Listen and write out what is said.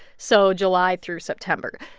so july through september.